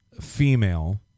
female